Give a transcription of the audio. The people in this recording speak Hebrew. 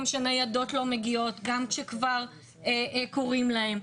שניידות לא מגיעות גם כשכבר קוראים להם.